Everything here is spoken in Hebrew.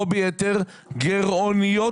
לא ביתר, גרעוניות.